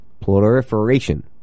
proliferation